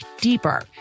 deeper